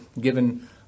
given